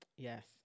Yes